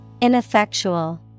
Ineffectual